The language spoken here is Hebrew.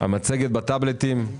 המצגת בטבלטים.